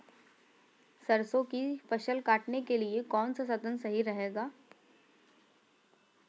सरसो की फसल काटने के लिए कौन सा साधन सही रहेगा?